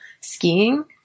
skiing